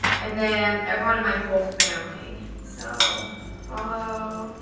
and then everyone in my whole family, so follow.